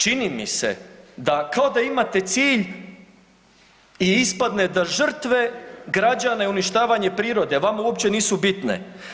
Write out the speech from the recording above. Čini mi se kao da imate cilj i ispadne da žrtve građane uništavanje prirode, vama uopće nisu bitne.